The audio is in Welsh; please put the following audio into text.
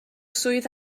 swydd